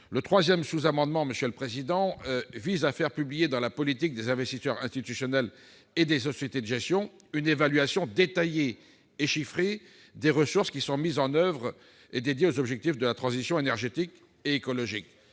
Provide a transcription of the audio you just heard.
Le sous-amendement n° 459 rectifié vise à faire publier dans la politique des investisseurs institutionnels et des sociétés de gestion une évaluation détaillée et chiffrée des ressources qui sont mises en oeuvre et dédiées aux objectifs de la transition énergétique et écologique.